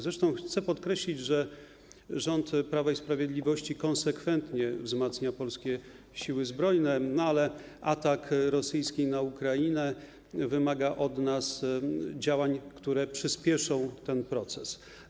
Zresztą chcę podkreślić, że rząd Prawa i Sprawiedliwości konsekwentnie wzmacnia Polskie Siły Zbrojne, ale atak rosyjski na Ukrainę wymaga od nas działań, które przyspieszą ten proces.